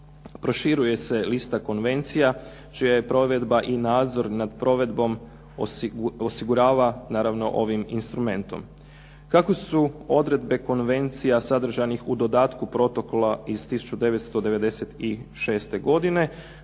proširuje se lista konvencija čija je provedba i nadzor na provedbom osigurava naravno ovim instrumentom. Kako su odredbe konvencija sadržanih u dodatku protokola iz 1996. godine,